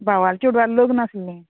भावाल्या चेडवा लग्न आसलें